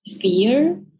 fear